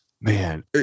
Man